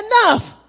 enough